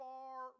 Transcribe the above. Far